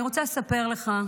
אני רוצה לספר לך,